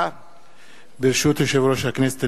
ברשות יושב-ראש הכנסת,